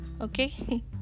Okay